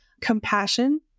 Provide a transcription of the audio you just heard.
Compassion